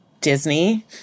Disney